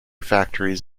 factories